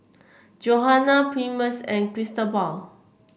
Johana Primus and Cristobal